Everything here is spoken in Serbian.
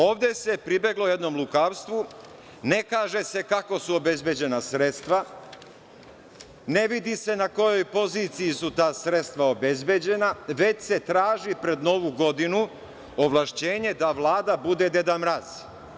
Ovde se pribeglo jednom lukavstvu, ne kaže se kako su obezbeđena sredstva, ne vidi se na kojoj poziciji su ta sredstva obezbeđena, već se traži pred Novu godinu ovlašćenje da Vlada bude Deda Mraz.